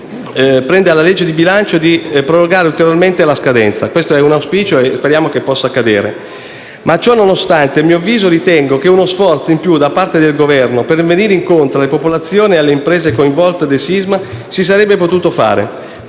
preveda nella legge di bilancio di prorogare ulteriormente la scadenza. Questo è un auspicio e speriamo che possa accadere. Ciononostante, il mio avviso è che uno sforzo in più da parte del Governo per venire incontro alle popolazioni e alle imprese coinvolte del sisma si sarebbe potuto fare.